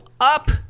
up